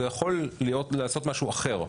זה יכול לעשות משהו אחר.